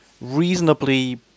reasonably